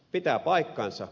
pitää paikkansa